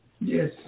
Yes